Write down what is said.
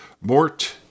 Mort